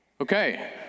Okay